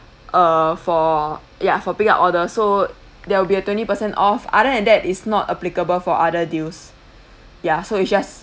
uh for ya for pick up order so there will be a twenty per cent off other than that is not applicable for other deals ya so it's just